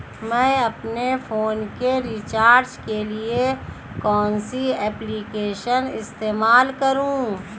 मैं अपने फोन के रिचार्ज के लिए कौन सी एप्लिकेशन इस्तेमाल करूँ?